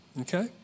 Okay